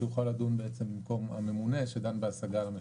שיוכל לדון במקום הממונה שדן בהשגה על המפקח.